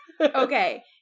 okay